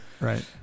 right